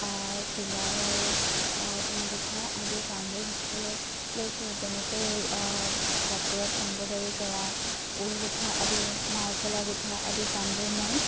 চিলাই আৰু ঊল গোঁঠা আদি কামবোৰ শিকিবলৈ লৈছোঁ যেনেকৈ কাপোৰত এম্ব্ৰইডাৰী কৰা ঊল গোঁঠা আদি মাৰফলা গোঁঠা আদি কামবোৰ মই